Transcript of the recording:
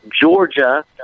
Georgia